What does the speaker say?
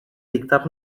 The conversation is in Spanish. dictar